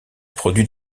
produit